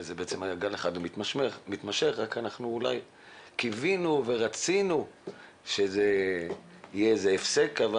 זה היה גל אחד מתמשך אלא שאולי קיווינו ורצינו שתהיה הפסקה.